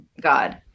God